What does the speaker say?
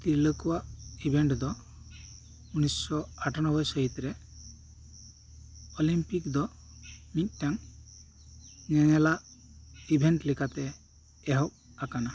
ᱛᱤᱨᱞᱟᱹ ᱠᱚᱣᱟᱜ ᱤᱵᱷᱮᱱᱴ ᱫᱚ ᱩᱱᱤᱥᱚ ᱟᱴᱷᱟᱱᱚᱵᱵᱚᱭ ᱥᱟᱹᱦᱤᱛ ᱨᱮ ᱚᱞᱤᱢᱯᱤᱠ ᱫᱚ ᱢᱤᱫᱴᱟᱝ ᱧᱮᱧᱮᱞᱟᱜ ᱤᱵᱷᱮᱱᱴ ᱞᱮᱠᱟᱛᱮ ᱮᱦᱚᱵ ᱟᱠᱟᱱᱟ